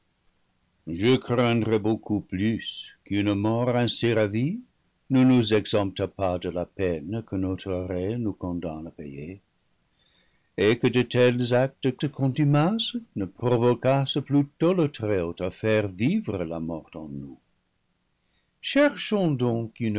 je craindrais beau coup plus qu'une mort ainsi ravie ne nous exemptât pas de la peine que notre arrêt nous condamne à payer et que de tels actes de contumace ne provoquassent plutôt le très-haut à faire vivre la mort en nous cherchons donc une